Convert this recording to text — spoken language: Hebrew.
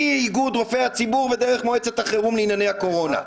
מאיגוד רופאי הציבור ודרך מועצת החירום לענייני הקורונה,